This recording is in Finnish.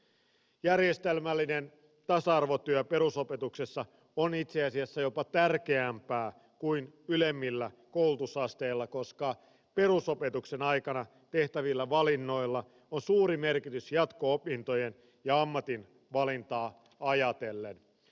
järjestelmällinen tasa arvotyö perusopetuksessa on itse asiassa jopa tärkeämpää kuin ylemmillä koulutusasteilla koska perusopetuksen aikana tehtävillä valinnoilla on suuri merkitys jatko opintoja ja ammatinvalintaa ajatellen